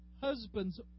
husband's